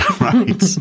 right